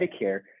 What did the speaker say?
Medicare